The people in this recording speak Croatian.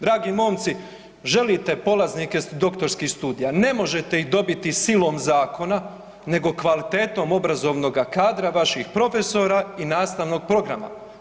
Dragi momci, želite polaznike doktorskih studija, ne možete ih dobiti silom zakona nego kvalitetom obrazovnoga kadra vaših profesora i nastavnog programa.